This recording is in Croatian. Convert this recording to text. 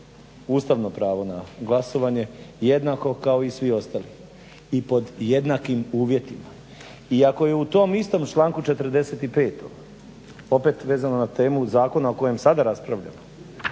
ustavno pravo na glasovanje jednako kao i svi ostali i pod jednakim uvjetima i ako je u tom istom članku 45. opet vezano na temu zakona o kojem sada raspravljamo